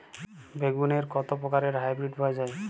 বেগুনের কত প্রকারের হাইব্রীড পাওয়া যায়?